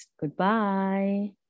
Goodbye